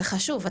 זה חשוב,